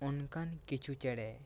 ᱚᱱᱠᱟᱱ ᱠᱤᱪᱷᱩ ᱪᱮᱬᱮ